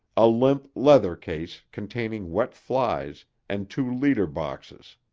a limp leather case containing wet flies, and two leader boxes.